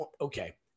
Okay